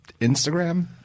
Instagram